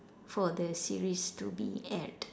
for the series to be add